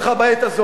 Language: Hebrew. מדי.